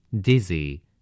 Dizzy